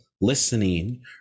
listening